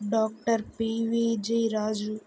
doctor PVG Raju